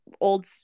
old